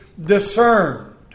discerned